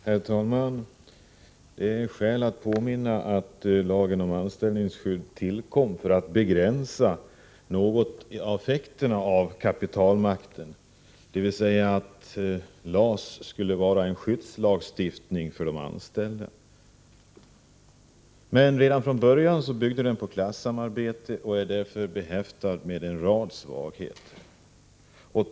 Herr talman! Det är skäl att påminna om att lagen om anställningsskydd tillkom för att något begränsa effekterna av kapitalmakten. LAS skulle vara en skyddslagstiftning för de anställda. Men redan från början byggde den på klassamarbete, och den är därför behäftad med en rad svagheter.